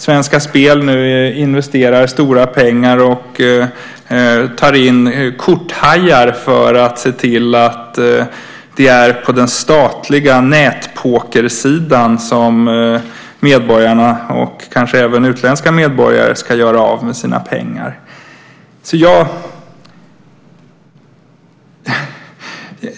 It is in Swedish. Svenska Spel investerar nu stora pengar och tar in korthajar för att se till att det är på den statliga nätpokersidan som medborgarna och kanske även utländska medborgare ska göra av med sina pengar.